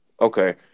Okay